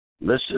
listen